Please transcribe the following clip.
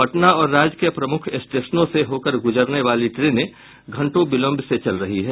पटना और राज्य के प्रमुख स्टेशनों से होकर गुजरने वाली ट्रेनें घंटों विलंब से चल रही है